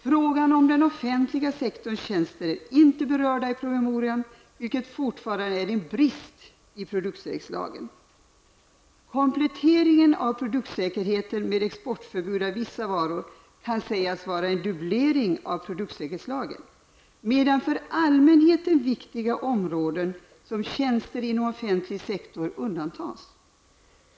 Frågan om den offentliga sektorns tjänster berörs inte i promemorian. Här har vi alltså fortfarande en brist i produktsäkerhetslagen. Kompletteringen av produktsäkerhetslagen med exportförbud beträffande vissa varor kan sägas vara en dubblering av produktsäkerhetslagen. Men för allmänheten viktiga områden, såsom tjänster inom offentlig sektor, undantas.